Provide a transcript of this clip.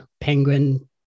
Penguin